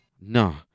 no